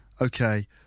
Okay